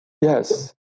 yes